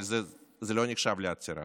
אבל זה לא נחשב לעצירה.